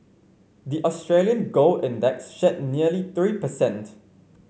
the Australian gold index shed nearly three per cent